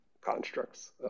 constructs